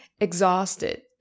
exhausted